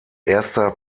erster